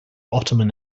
ottoman